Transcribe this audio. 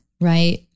right